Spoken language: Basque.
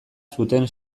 zuten